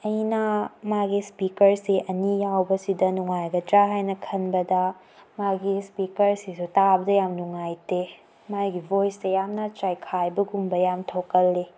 ꯑꯩꯅ ꯃꯥꯒꯤ ꯏꯁꯄꯤꯀꯔꯁꯦ ꯑꯅꯤ ꯌꯥꯎꯕꯁꯤꯗ ꯅꯨꯡꯉꯥꯏꯒꯗ꯭ꯔꯥ ꯍꯥꯏꯅ ꯈꯟꯕꯗ ꯃꯥꯒꯤ ꯏꯁꯄꯤꯀꯔꯁꯤꯁꯨ ꯇꯥꯕꯗ ꯌꯥꯝ ꯅꯨꯡꯉꯥꯏꯇꯦ ꯃꯥꯒꯤ ꯚꯣꯏꯁꯁꯦ ꯌꯥꯝꯅ ꯆꯥꯏꯈꯥꯏꯕꯒꯨꯝꯕ ꯌꯥꯝ ꯊꯣꯛꯀꯜꯂꯤ